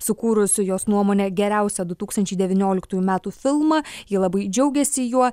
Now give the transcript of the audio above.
sukūrusių jos nuomone geriausia du tūkstančiai devynioliktųjų metų filmą ji labai džiaugėsi juo